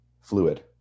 fluid